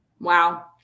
Wow